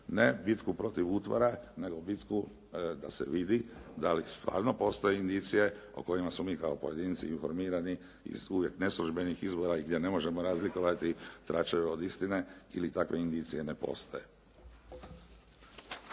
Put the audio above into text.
Ne bitku protiv utvara nego bitku da se vidi da li stvarno postoje indicije o kojima smo mi kao pojedinci informirani iz uvijek neslužbenih izvora gdje ne možemo razlikovati tračeve od istine ili takve indicije ne postoje.